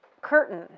curtain